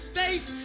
faith